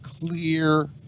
clear